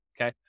Okay